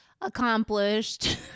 accomplished